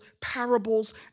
parables